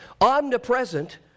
Omnipresent